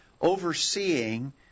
overseeing